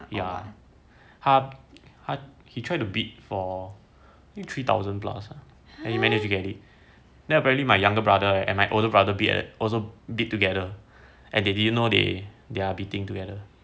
he tried to bid for three thousand plus ah then he managed to get it then apparently my younger brother and my older brother also bid together and they didn't know they they're bidding together